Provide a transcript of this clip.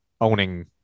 owning